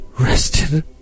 Rested